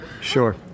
sure